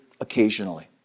occasionally